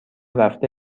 رفته